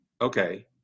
Okay